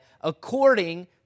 according